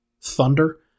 Thunder